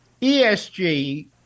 ESG